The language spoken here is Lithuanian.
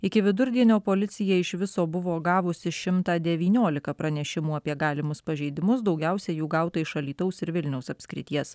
iki vidurdienio policija iš viso buvo gavusi šimtą devyniolika pranešimų apie galimus pažeidimus daugiausia jų gauta iš alytaus ir vilniaus apskrities